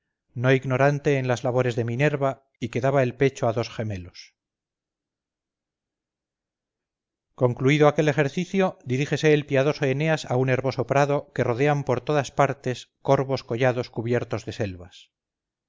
no ignorante en las labores de minerva y que daba el pecho a dos gemelos concluido aquel ejercicio dirígese el piadoso eneas a un herboso prado que rodean por todas partes corvos collados cubiertos de selvas